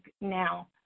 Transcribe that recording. now